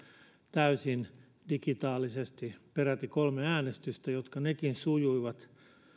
täysin digitaalisesti ja peräti kolme äänestystä jotka nekin sujuivat